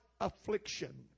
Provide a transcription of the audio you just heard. affliction